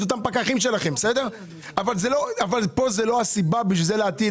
אותם פקחים שלכם אבל פה זאת לא הסיבה להטיל.